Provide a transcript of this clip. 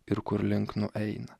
ir kurlink nueina